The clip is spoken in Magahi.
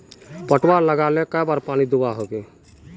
पटवा लगाले कई बार पानी दुबा होबे?